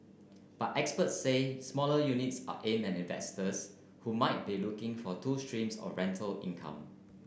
but experts say smaller units are aimed at investors who might be looking for two streams of rental income